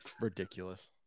ridiculous